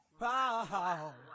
wow